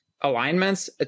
alignments